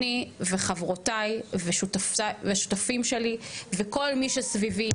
אני וחברותי והשותפים שלי וכל מי שסביבי.